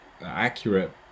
accurate